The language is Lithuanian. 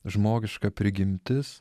žmogiška prigimtis